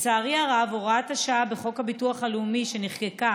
לצערי הרב, הוראת השעה בחוק הביטוח הלאומי שנחקקה